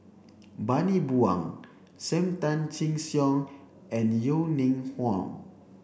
Bani Buang Sam Tan Chin Siong and Yeo Ning Hong